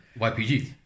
YPG